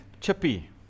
Chippy